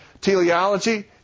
Teleology